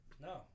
no